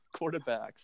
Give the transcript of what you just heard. quarterbacks